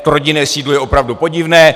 To rodinné sídlo je opravdu podivné.